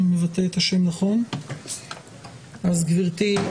אז גברתי,